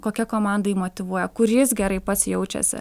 kokia komanda jį motyvuoja kur jis gerai pats jaučiasi